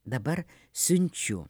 dabar siunčiu